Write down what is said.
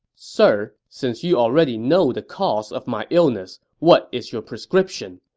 sir, since you already know the cause of my illness, what is your prescription?